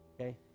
Okay